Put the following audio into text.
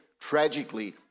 tragically